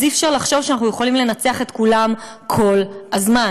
אז אי-אפשר לחשוב שאנחנו יכולים לנצח את כולם כל הזמן.